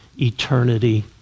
eternity